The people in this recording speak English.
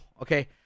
Okay